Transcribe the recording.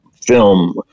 film